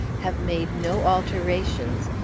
have made no alterations,